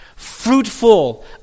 Fruitful